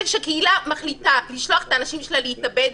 וכשקהילה מחליטה לשלוח את האנשים שלה להתאבד,